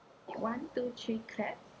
one two three clap